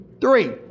three